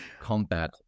combat